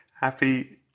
Happy